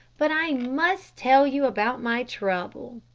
but i must tell you about my trouble.